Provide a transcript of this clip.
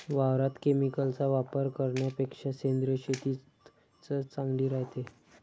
वावरात केमिकलचा वापर करन्यापेक्षा सेंद्रिय शेतीच चांगली रायते